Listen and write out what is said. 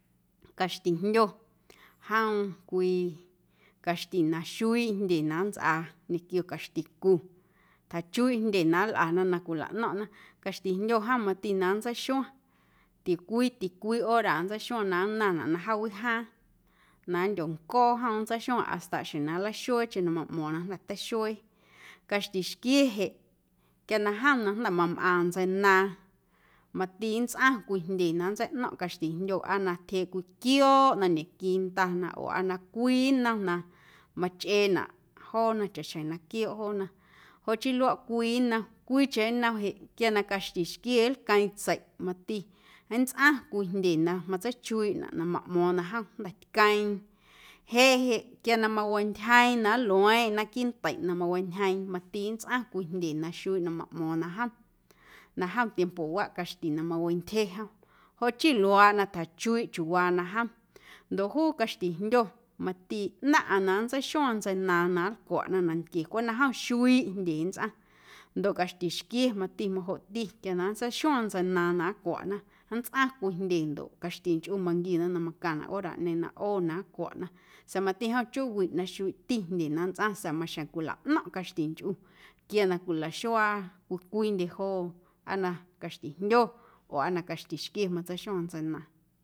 Caxtijndyo jom cwii caxti na xuiiꞌ jndye na nntsꞌaa ñequio caxticu tjachuiiꞌ jndye na nlꞌana na cwilaꞌno̱ⁿꞌna canxtijndyo jom mati na nntseixuaⁿ ticwii ticwii hora nntseixuaⁿ na nnaⁿnaꞌ na jaawijaaⁿ na nndyoncoo jom nntseixuaⁿ hasta xjeⁿ na nleixueecheⁿ na maꞌmo̱o̱ⁿ na jndâ̱ teixuee caxtixquie jeꞌ quia na jom jnda̱ mamꞌaⁿ ntseinaaⁿ mati nntsꞌaⁿ cwii jndye na nntseiꞌno̱ⁿꞌꞌ caxtijndyo ꞌaa na tyjeeꞌ cwii quiooꞌ na ñequiii ndana oo na cwii nnom na machꞌeenaꞌ joona chaꞌxjeⁿ na quiooꞌ joona joꞌ chii luaꞌ cwii nnom, cwiicheⁿ nnom jeꞌ quia na caxtixquie nlqueeⁿ tseiꞌ mati nntsꞌaⁿ cwii jndye na matseichuiiꞌnaꞌ na maꞌmo̱o̱ⁿ na jom jnda̱ tqueeⁿ jeꞌ jeꞌ quia na mawantyjeeⁿ na nlueeⁿꞌeⁿ naquiiꞌ ndeiꞌ na mawantyjeeⁿ mati nntsꞌaⁿ cwii jndye na xuiiꞌ na maꞌmo̱o̱ⁿ na jom na jom tiempowaꞌ caxti na mawintyje jom oꞌ chii luaaꞌ na tjachuiiꞌ chiuuwaa na jom ndoꞌ juu caxtijndyo mati ꞌnaaⁿꞌaⁿ na nntseixuaⁿ ntseinaaⁿ na nlcwaꞌ nantquie cweꞌ na jom xuiiꞌ jndye nntsꞌaⁿ ndoꞌ caxtixquie mati majoꞌti quia na nntseixuaⁿ ntseinaaⁿ na nlcwaꞌna nntsꞌaⁿ cwii jndye ndoꞌ caxtinchꞌu manquiuna na macaⁿnaꞌ na horaꞌñeeⁿ ꞌoona na nlcwaꞌna sa̱a̱ mati jom chjoowiꞌ na xuiiꞌti jndye na nntsꞌaⁿ sa̱a̱ maxjeⁿ cwilaꞌno̱ⁿꞌ caxtinchꞌu quia na cwilaxuaa cwii cwiindye joo aa na caxtijndyo oo aa na caxtixquie matseixuaⁿ ntseinaaⁿ.